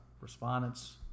Respondents